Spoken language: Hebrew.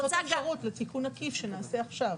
צריך לראות אפשרות לתיקון עקיף שנעשה עכשיו.